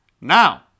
Now